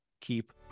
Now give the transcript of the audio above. keep